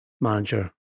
manager